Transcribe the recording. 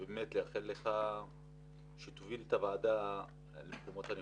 ומאחל לך שתוביל את הוועדה למקומות הנכונים.